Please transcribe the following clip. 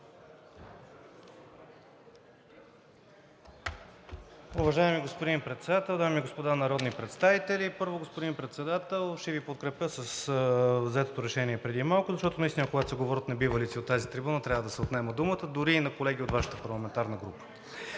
Уважаеми господин Председател, дами и господа народни представители! Първо, господин Председател, ще Ви подкрепя с взетото решение преди малко, защото наистина когато се говорят небивалици от тази трибуна, трябва да се отнема думата, дори и на колеги от Вашата парламентарна група.